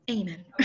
Amen